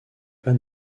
pas